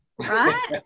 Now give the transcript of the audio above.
right